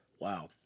Wow